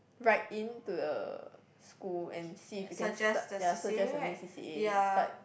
write in to the school and see if you can start ya suggest a new C_C_A but